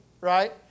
right